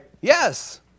Yes